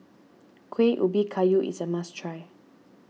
Kueh Ubi Kayu is a must try